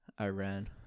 Iran